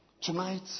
Tonight